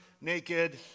naked